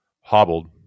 hobbled